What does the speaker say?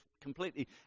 completely